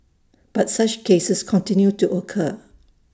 but such cases continue to occur